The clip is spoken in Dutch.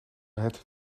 het